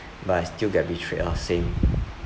but I still get betrayed ah same